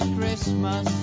Christmas